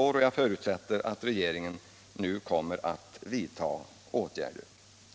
Jag förutsätter att regeringen nu kommer att vidta åtgärder.